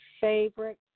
favorite